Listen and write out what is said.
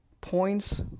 points